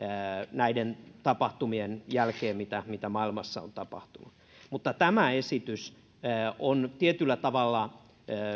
näiden tapahtumien jälkeen mitä mitä maailmassa on tapahtunut mutta tämä esitys on tietyllä tavalla